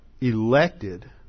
elected